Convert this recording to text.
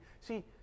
See